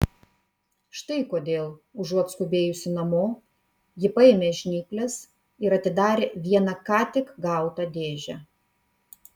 štai kodėl užuot skubėjusi namo ji paėmė žnyples ir atidarė vieną ką tik gautą dėžę